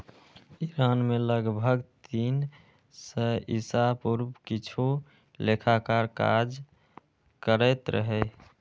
Iran मे लगभग तीन सय ईसा पूर्व किछु लेखाकार काज करैत रहै